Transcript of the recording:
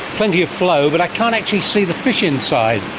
plenty of flow, but i can't actually see the fish inside.